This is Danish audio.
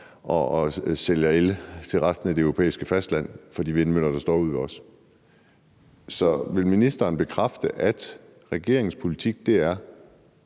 og sælger el til resten af det europæiske fastland fra de vindmøller, der står ude ved os. Så vil ministeren bekræfte, at regeringens politik er,